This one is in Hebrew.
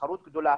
בתחרות גדולה,